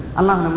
allah